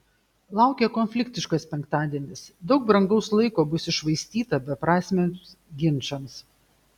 laukia konfliktiškas penktadienis daug brangaus laiko bus iššvaistyta beprasmiams ginčams